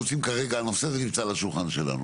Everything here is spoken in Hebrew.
הנושא הזה נמצא על השולחן שלנו.